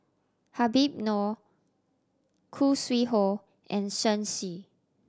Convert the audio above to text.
Habib Noh Khoo Sui Hoe and Shen Xi